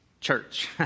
church